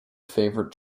favourite